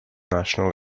national